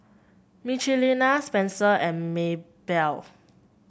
Michelina Spencer and Maybelle